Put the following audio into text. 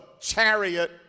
chariot